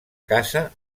casa